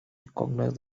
recognize